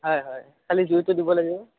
হয় হয় খালি জুইটো দিব লাগিব